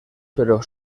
pero